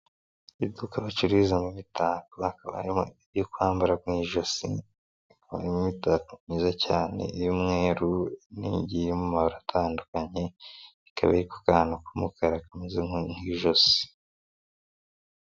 Iduka bacururizamo imitako, hakaba harimo iyo kwambara mu ijosi, hakaba harimo imitako myiza cyane, iy'umweru, n'indi igiye irimo amabara atandukanye, ikaba iri ku kantu k'umukara kameze nk'ijosi.